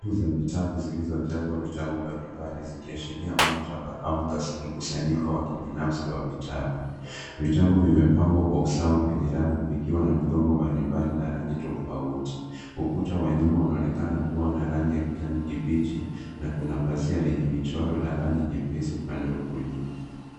Rafu za vitabu zilizojazwa vitabu mbalimbali zikiashiria maktaba au mkusanyiko wa kibinafsi wa vitabu. Vitabu vimepangwa kwa usawa kwenye rafu vikiwa na migongo mbalimbali na rangi tofauti. Ukuta wa nyuma unaonekana kuwa na rangi ya kijani kibichi na kuna pazia lenye michoro la rangi nyepesi upande wa kulia.